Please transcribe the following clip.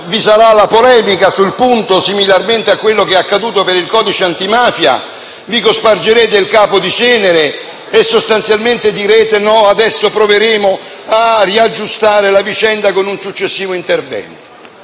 vi sarà la polemica sul punto, similarmente a quanto accaduto per il codice antimafia, vi cospargerete il capo di cenere e direte che proverete ad aggiustare la vicenda con un successivo intervento.